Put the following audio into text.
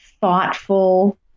thoughtful